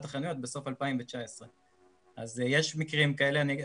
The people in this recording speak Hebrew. החנויות בסוף 2019. אז יש מקרים כאלה.